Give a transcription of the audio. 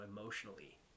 emotionally